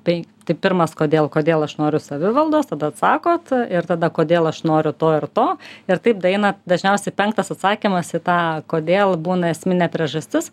tai tai pirmas kodėl kodėl aš noriu savivaldos tada atsakot ir tada kodėl aš noriu to ir to ir taip daeinat dažniausiai penktas atsakymas į tą kodėl būna esminė priežastis